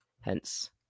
Hence